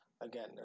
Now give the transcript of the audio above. Again